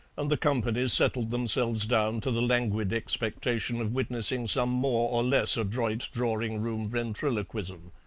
and the company settled themselves down to the languid expectation of witnessing some more or less adroit drawing-room ventriloquism.